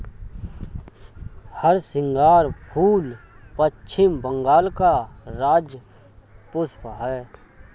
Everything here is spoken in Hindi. हरसिंगार फूल पश्चिम बंगाल का राज्य पुष्प है